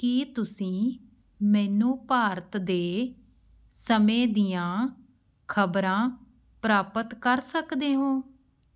ਕੀ ਤੁਸੀਂ ਮੈਨੂੰ ਭਾਰਤ ਦੇ ਸਮੇਂ ਦੀਆਂ ਖ਼ਬਰਾਂ ਪ੍ਰਾਪਤ ਕਰ ਸਕਦੇ ਹੋ